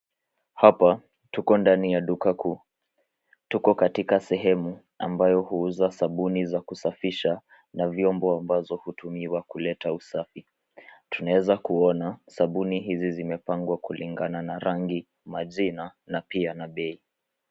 Hapa tuko ndani ya duka kuu. Tuko katika sehemu ambayo huuza sabuni za kusafisha na vyombo ambazo hutumiwa kuleta usafi. Tunaeza kuona sabuni hizi zimepangwa kulingana na rangi, majina na pia na bei.